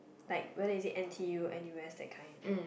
like whether is it n_t_u n_u_s that kind